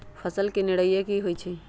फसल के निराया की होइ छई?